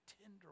tender